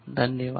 धन्यवाद